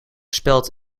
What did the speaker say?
speld